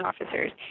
officers